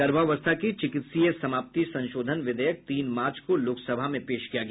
गर्भावस्था की चिकित्सीय समाप्ति संशोधन विधेयक तीन मार्च को लोकसभा में पेश किया गया